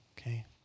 Okay